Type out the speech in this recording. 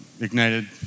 ignited